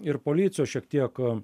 ir policijos šiek tiek